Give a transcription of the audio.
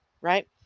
right